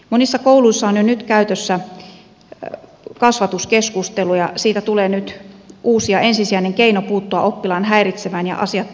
monissa kouluissa on jo nyt käytössä kasvatuskeskustelu ja siitä tulee nyt uusi ja ensisijainen keino puuttua oppilaan häiritsevään ja asiattomaan käyttäytymiseen